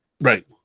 Right